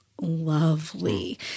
lovely